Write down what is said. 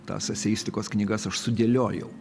tas eseistikos knygas aš sudėliojau